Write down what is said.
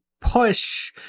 push